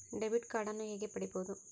Debit ಕಾರ್ಡನ್ನು ಹೇಗೆ ಪಡಿಬೋದು?